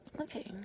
Okay